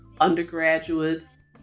undergraduates